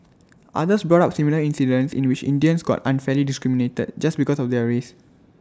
others brought up similar incidents in which Indians got unfairly discriminated just because of their race